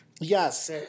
Yes